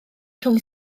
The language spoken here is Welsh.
rhwng